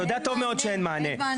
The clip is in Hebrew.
אתה יודע טוב מאוד שאין מענה.